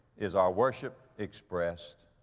is our worship expressed.